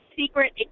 secret